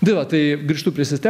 tai grįžtu prie sistemos